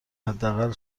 حداقل